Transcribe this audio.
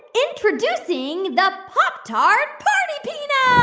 introducing the pop-tart party peanut